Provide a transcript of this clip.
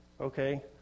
okay